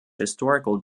historical